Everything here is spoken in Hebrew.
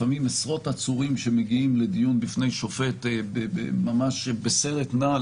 לפעמים עשרות עצורים מגיעים לדיון בפני שופט ממש בסרט נע,